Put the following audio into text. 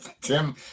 Tim